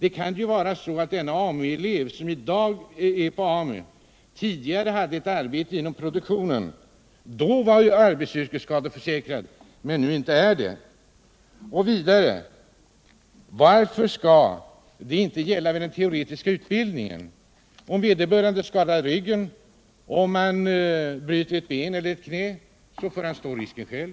En person som i dag är AMU-elev kan ju tidigare ha haft ett arbete inom produktionen. Då var han arbetsskadeförsäkrad, men nu är han det inte. Och vidare: Varför skall försäkringsskyddet inte gälla vid den teoretiska utbildningen? Om vederbörande bryter ett ben eler skadar ryggen eller ett knä, får han stå risken själv.